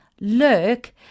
look